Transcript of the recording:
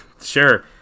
sure